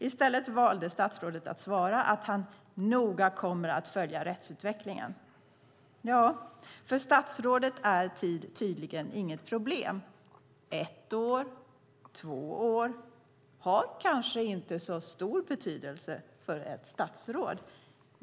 I stället valde statsrådet att svara att han noga kommer att följa rättsutvecklingen. För statsrådet är tid tydligen inget problem. Ett eller två år har kanske inte så stor betydelse för ett statsråd.